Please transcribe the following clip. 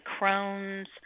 Crohn's